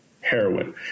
heroin